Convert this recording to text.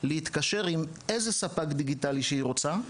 להתקשר עם אריזה ספק דיגיטלי שהיא רוצה,